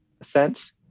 ascent